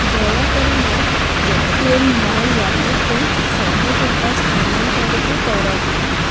ଦୟାକରି ମୋ Paytm mall ୱାଲେଟକୁ ଶହେ ଟଙ୍କା ସ୍ଥାନାନ୍ତରିତ କର